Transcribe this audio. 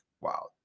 wow